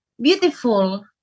beautiful